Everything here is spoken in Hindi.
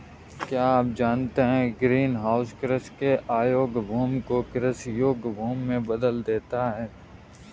क्या आप जानते है ग्रीनहाउस कृषि के अयोग्य भूमि को कृषि योग्य भूमि में बदल देता है?